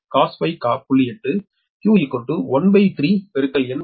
8 Q 1380sin 0